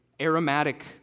aromatic